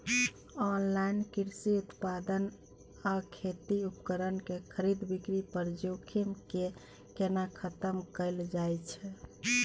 Online कृषि उत्पाद आ कृषि उपकरण के खरीद बिक्री पर जोखिम के केना खतम कैल जाए छै?